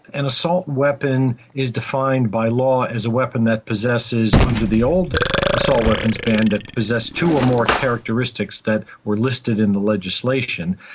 an assault weapon is defined by law as a weapon that possesses, under the old assault weapons ban, that possessed two or more characteristics that were listed in the legislation,